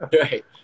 right